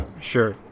Sure